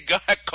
God